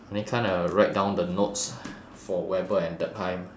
only kind of write down the notes for weber and durkheim